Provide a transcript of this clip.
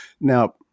Now